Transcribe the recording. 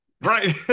right